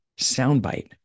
soundbite